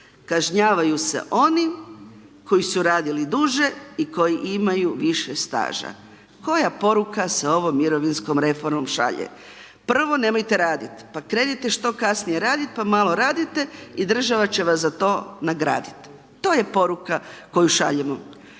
Kažnjavaju se oni koji su radili duže i koji imaju više staža. Koja poruka se ovom mirovinskom reformom staže. Prvo nemojte raditi, pa krenite što kasnije raditi pa malo radite i država će vas za to nagraditi, to je poruka koju šaljemo.